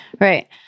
Right